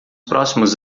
próximos